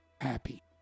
happy